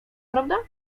prawda